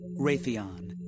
Raytheon